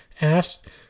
asked